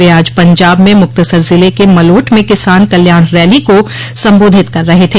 वे आज पंजाब में मुक्तसर जिले के मलोट में किसान कल्याण रैली को संबोधित कर रहे थे